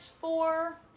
four